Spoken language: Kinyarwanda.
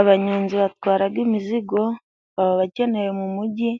Abanyonzi batwaraga imizigo baba bakenewe mu mujyi